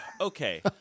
Okay